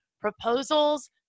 Proposals